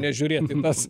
nežiūrėt į tas